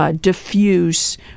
diffuse